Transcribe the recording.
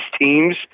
teams